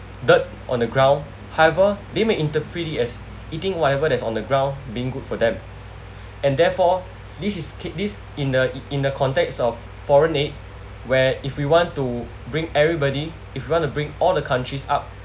dirt on the ground however they may interpret it as eating whatever that's on the ground being good for them and therefore this is keep this in the in the context of foreign aid where if we want to bring everybody if you want to bring all the countries up